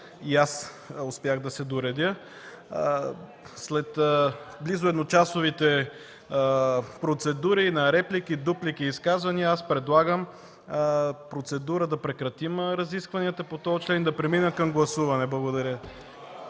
и аз успях да се доредя. След близо едночасовите процедури на реплики, дуплики и изказвания, аз предлагам процедура – да прекратим разискванията по този член, да преминем към гласуване. Благодаря.